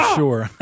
sure